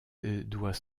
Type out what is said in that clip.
doit